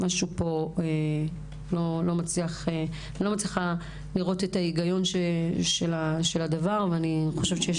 אני לא מצליחה לראות את ההיגיון של זה וחושבת שיש